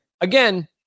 Again